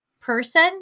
person